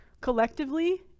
collectively